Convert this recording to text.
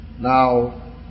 Now